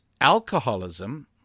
alcoholism